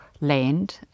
land